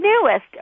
newest